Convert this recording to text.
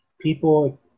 people